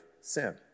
sin